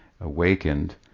awakened